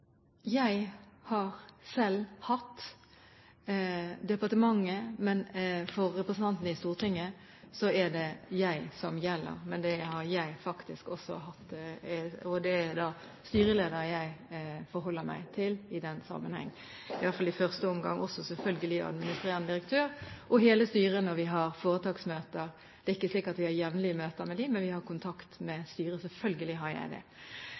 Jeg har selv hatt, det vil si departementet, men for representantene i Stortinget er det jeg som gjelder. Men det har jeg faktisk også hatt. Det er da styreleder jeg forholder meg til i den sammenheng, i hvert fall i første omgang, og også selvfølgelig administrerende direktør og hele styret når vi har foretaksmøter. Det er ikke slik at vi har jevnlige møter med dem, men vi har kontakt med styret. Selvfølgelig har jeg det.